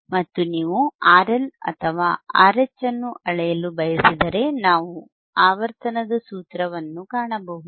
ಮತ್ತು ನೀವು RL ಅಥವಾ RH ಅನ್ನು ಅಳೆಯಲು ಬಯಸಿದರೆ ನಾವು ಆವರ್ತನದ ಸೂತ್ರವನ್ನು ಕಾಣಬಹುದು